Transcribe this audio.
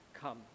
come